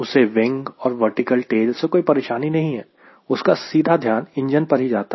उसे विंग और vertical tail से कोई परेशानी नहीं है उसका सीधा ध्यान इंजन पर ही जाता है